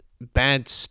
bad